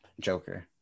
Joker